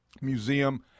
Museum